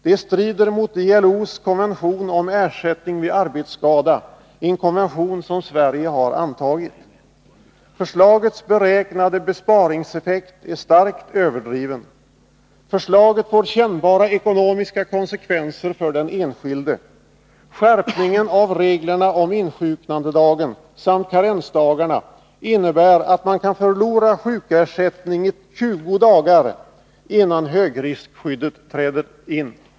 Det strider mot LO:s konvention om ersättning vid arbetsskada, en konvention som Sverige antagit. Förslagets beräknade besparingseffekt är starkt överdriven. Förslaget får kännbara ekonomiska konsekvenser för den enskilde. Skärpningen av reglerna om insjuknandedagen samt karensdagarna innebär att man kan förlora sjukersättning i 20 dagar innan högriskskyddet träder in.